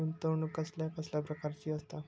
गुंतवणूक कसल्या कसल्या प्रकाराची असता?